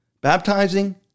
baptizing